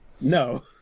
No